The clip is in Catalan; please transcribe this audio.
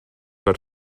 per